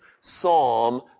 psalm